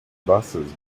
buses